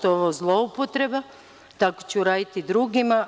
Ovo je zloupotreba i tako ću uraditi i drugima.